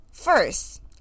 First